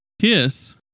kiss